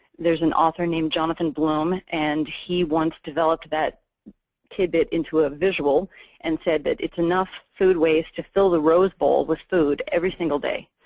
there's an author named jonathan bloom, and he once developed that tidbit into a visual and said that it's enough food waste to fill the rose bowl with food every single day.